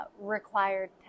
required